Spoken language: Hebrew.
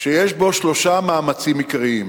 שיש בו שלושה מאמצים עיקריים: